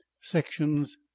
Sections